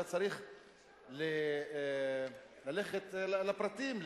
אלא צריך ללכת לפרטים,